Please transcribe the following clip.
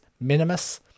minimus